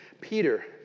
Peter